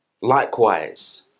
Likewise